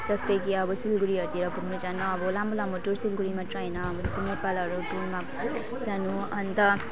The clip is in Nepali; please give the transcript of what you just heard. जस्तै कि अब सिलगढीहरूतिर घुम्नु जानु अब लामो लामो टुरहरू सिलगढी मात्र होइन अब जस्तो नेपालहरू टुरमा जानु अन्त